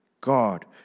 God